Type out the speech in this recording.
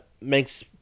makes